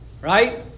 Right